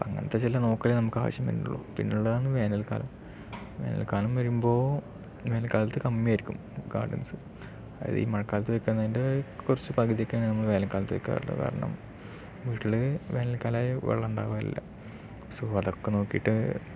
അങ്ങനത്തെ ചില നോക്കാലെ നമുക്ക് ആവശ്യം വരുന്നുള്ളൂ പിന്നെ ഉള്ളതാണ് വേനൽക്കാലം വേനൽക്കാലം വരുമ്പോൾ വേനൽക്കാലത്ത് ഒക്കെ കമ്മിയായിരിക്കും ഗാർഡൻസ് അത് ഈ മഴക്കാലത്ത് വെക്കുന്നതിൻ്റെ കുറച്ച് പകുതിയൊക്കെയാണ് നമ്മൾ വേനൽക്കാലത്ത് വെക്കാറുള്ളത് കാരണം വീട്ടില് വേനൽക്കാലം ആയാൽ വെള്ളം ഉണ്ടാകില്ല സൊ അതൊക്കെ നോക്കിട്ട്